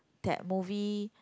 that movie